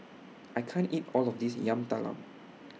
I can't eat All of This Yam Talam